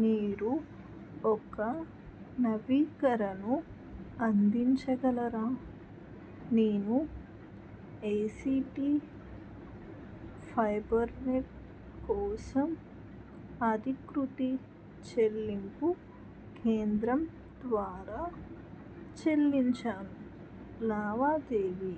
మీరు ఒక నవీకరణను అందించగలరా నేను ఏ సీ టీ ఫైబర్నెట్ కోసం అధీకృత చెల్లింపు కేంద్రం ద్వారా చెల్లించాను లావాదేవీ